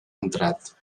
entrat